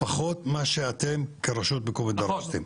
פחות מה שאתם כרשות מקומית דרשתם?